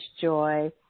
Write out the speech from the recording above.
joy